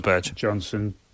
Johnson